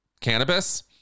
cannabis